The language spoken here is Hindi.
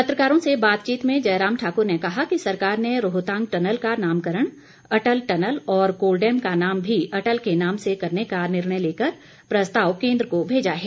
पत्रकारों से बातचीत में जयराम ठाकुर ने कहा कि सरकार ने रोहतांग टनल का नामकरण अटल टनल और कोलडैम का नाम भी अटल के नाम से करने का निर्णय लेकर प्रस्ताव केन्द्र को भेजा है